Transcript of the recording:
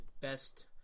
best